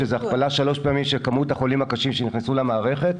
שזה הכפלה שלוש פעמים של כמות החולים הקשים שנכנסו למערכת,